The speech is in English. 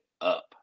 up